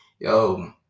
Yo